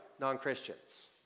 non-Christians